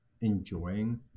enjoying